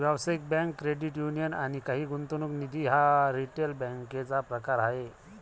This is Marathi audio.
व्यावसायिक बँक, क्रेडिट युनियन आणि काही गुंतवणूक निधी हा रिटेल बँकेचा प्रकार आहे